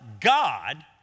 God